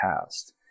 past